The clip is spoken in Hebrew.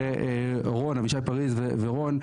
אבישי פריז ורון,